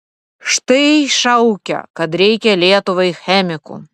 štai šaukia kad reikia lietuvai chemikų